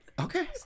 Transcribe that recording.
Okay